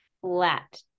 flat